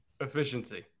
efficiency